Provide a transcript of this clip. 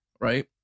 right